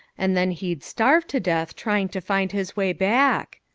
and then he'd starve to death trying to find his way back.